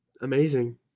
amazing